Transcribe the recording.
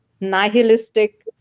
nihilistic